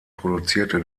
produzierte